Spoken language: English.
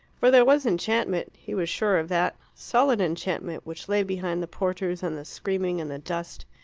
for there was enchantment, he was sure of that solid enchantment, which lay behind the porters and the screaming and the dust.